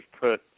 put